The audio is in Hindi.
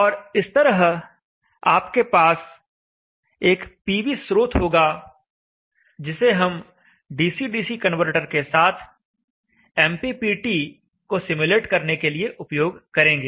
और इस तरह आपके पास एक पीवी स्रोत होगा जिसे हम डीसी डीसी कनवर्टर के साथ MPPT को सिम्युलेट करने के लिए उपयोग करेंगे